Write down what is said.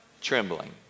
Trembling